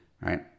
Right